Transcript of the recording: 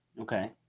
Okay